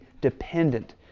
dependent